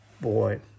boy